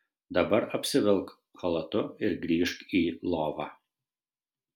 dabar apsivilk chalatu ir grįžk į lovą